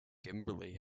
kimberly